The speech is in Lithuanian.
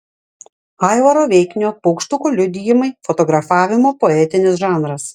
aivaro veiknio paukštuko liudijimai fotografavimo poetinis žanras